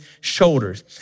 shoulders